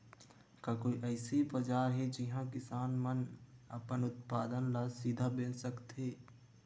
का कोई अइसे बाजार हे जिहां किसान मन अपन उत्पादन ला सीधा बेच सकथे?